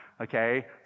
okay